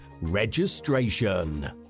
registration